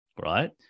right